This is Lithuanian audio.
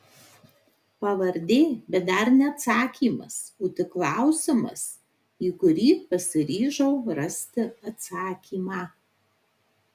pavardė bet dar ne atsakymas o tik klausimas į kurį pasiryžau rasti atsakymą